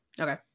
Okay